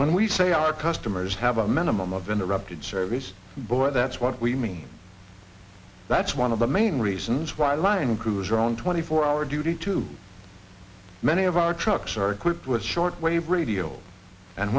when we say our customers have a minimum of interrupted service bore that's what we mean that's one of the main reasons why line crews are on twenty four hour duty too many of our trucks are equipped with shortwave